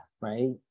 right